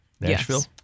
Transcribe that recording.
Nashville